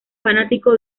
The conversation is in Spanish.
fanático